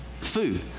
Food